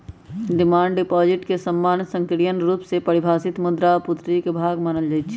demand deposit के सामान्य संकीर्ण रुप से परिभाषित मुद्रा आपूर्ति के भाग मानल जाइ छै